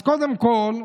אז קודם כול,